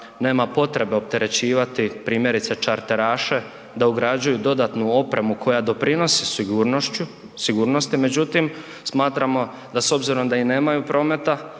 nema potrebe opterećivati, primjerice, charteraše da ugrađuju dodatnu opremu koja doprinosi sigurnosti, međutim, smatramo da s obzirom da i nemaju prometa,